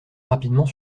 rapidement